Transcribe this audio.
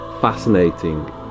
fascinating